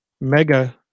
mega